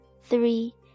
three